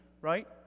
right